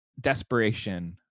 desperation